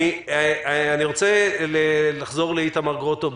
אני רוצה לחזור לאיתמר גרוטו,